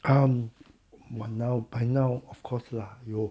um what now by now of course lah !aiyo!